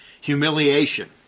humiliation